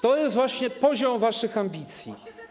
To jest właśnie poziom waszych ambicji.